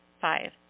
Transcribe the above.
Five